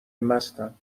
مستم